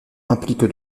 implique